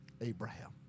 Abraham